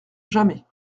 jamais